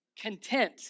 Content